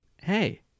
Hey